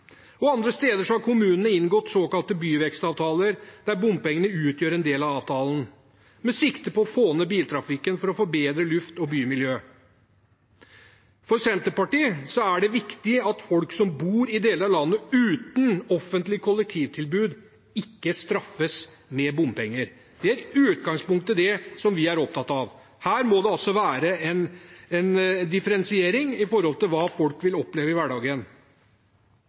være. Andre steder har kommunene inngått såkalte byvekstavtaler, der bompengene utgjør en del av avtalen, med sikte på å få ned biltrafikken for å få bedre luft og bymiljø. For Senterpartiet er det viktig at folk som bor i deler av landet som ikke har et offentlig kollektivtilbud, ikke straffes med bompenger. Det er i utgangspunktet det vi er opptatt av. Her må det være en differensiering med hensyn til hva folk vil oppleve i hverdagen.